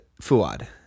Fuad